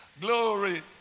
Glory